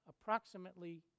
approximately